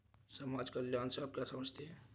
समाज कल्याण से आप क्या समझते हैं?